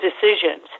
decisions